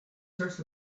searched